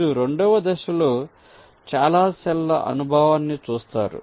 మీరు రెండవ దశలో చాలా సెల్ ల అనుభవాన్ని చూస్తారు